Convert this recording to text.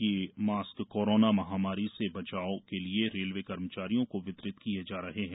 यह mask corona महामारी से बचाव हेत् रेलवे कर्मचारियों को वितरित किये जा रहे है